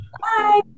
Bye